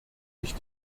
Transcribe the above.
ich